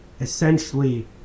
essentially